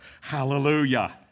Hallelujah